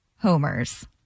homers